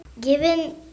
Given